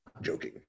joking